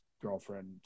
girlfriend